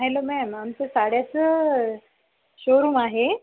hello ma'am आमचं साड्याचं showroom आहे